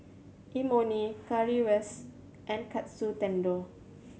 Imoni Currywurst and Katsu Tendon